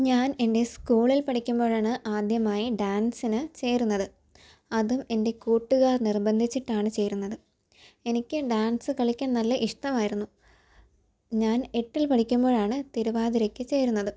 ഞാൻ എൻ്റെ സ്കൂളിൽ പഠിക്കുമ്പോഴാണ് ആദ്യമായി ഡാൻസിന് ചേരുന്നത് അതും എൻ്റെ കൂട്ടുകാർ നിർബന്ധിച്ചിട്ടാണ് ചേരുന്നത് എനിക്ക് ഡാൻസ് കളിക്കാൻ നല്ല ഇഷ്ടമായിരുന്നു ഞാൻ എട്ടിൽ പഠിക്കുമ്പോഴാണ് തിരുവാതിരയ്ക്കു ചേർന്നത്